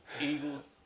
Eagles